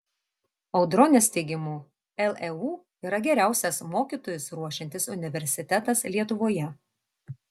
audronės teigimu leu yra geriausias mokytojus ruošiantis universitetas lietuvoje